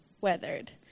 weathered